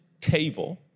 table